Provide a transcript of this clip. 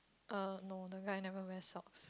err no the guy never wear socks